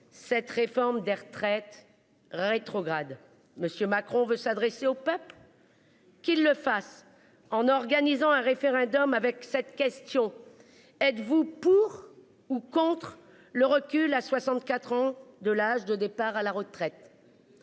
cette réforme des retraites rétrograde monsieur Macron veut s'adresser au peuple. Qu'il le fasse en organisant un référendum avec cette question êtes-vous pour ou contre le recul à 64 ans de l'âge de départ à la retraite.